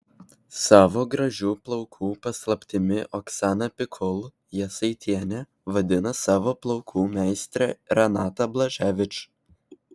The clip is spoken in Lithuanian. savo gražių plaukų paslaptimi oksana pikul jasaitienė vadina savo plaukų meistrę renatą blaževič